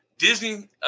Disney